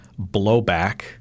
blowback